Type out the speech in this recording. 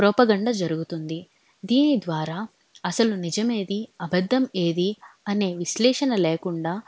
propaganda జరుగుతుంది దీని ద్వారా అసలు నిజమేది అబద్దం ఏది అనే విశ్లేషణ లేకుండా